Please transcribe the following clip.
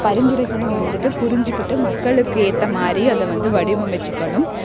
பரிந்துரைகளும் வந்துட்டு புரிஞ்சுக்கிட்டு மக்களுக்கு ஏற்ற மாதிரி அதை வந்து வடிவமைத்துக்கணும்